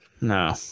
no